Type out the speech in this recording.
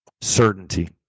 Certainty